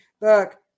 Look